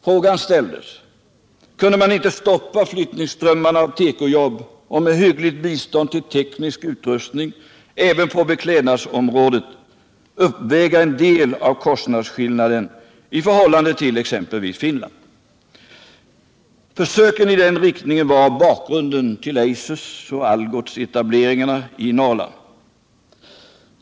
Frågan ställdes: Kunde man inte stoppa flyttningsströmmarna av tekojobb och med hyggligt bistånd till teknisk utrustning även på beklädnadsområdet uppväga en del av kostnadsskillnaden i förhållande till exempelvis Finland? Försöken i den riktningen var bakgrunden till Eisersoch Algotsetableringarna i Norrland.